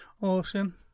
awesome